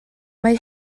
mae